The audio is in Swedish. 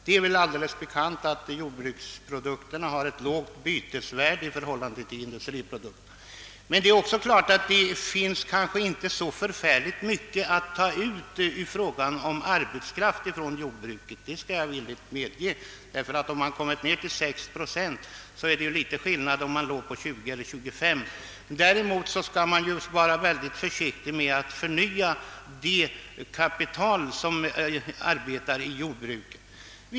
Det är väl allom bekant att jordbruksprodukterna har ett lågt bytesvärde i förhållande till industriprodukterna. Men det är också uppenbart att det kanske inte finns så förfärligt mycket att ta ut av arbetskraften i jordbruket. Det skall jag villigt medge, ty har den kommit ned till 6 procent, så är det litet skillnad i förhållande till tidigare 20 eller 25 procent. Däremot bör man vara väldigt försiktig med att förnya kapitalinsatsen inom jordbruket.